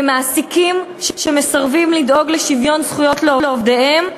ומעסיקים שמסרבים לדאוג לשוויון זכויות לעובדיהם,